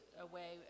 away